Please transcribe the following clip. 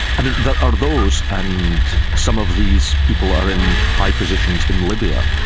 there are those and some of these people are in high positions in libya,